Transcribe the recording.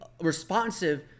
responsive